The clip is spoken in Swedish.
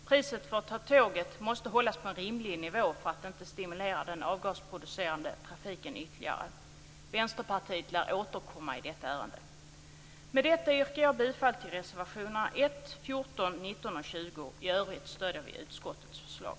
Priset för att ta tåget måste hållas på en rimlig nivå för att inte stimulera den avgasproducerande trafiken ytterligare. Vänsterpartiet lär återkomma i detta ärende. Med detta yrkar jag bifall till reservationerna 1, 14, 19 och 20. I övrigt stöder vi utskottets förslag.